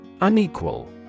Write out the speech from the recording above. Unequal